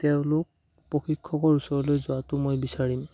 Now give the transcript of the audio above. তেওঁলোক প্ৰশিক্ষকৰ ওচৰলৈ যোৱাটো মই বিচাৰিম